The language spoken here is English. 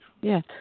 Yes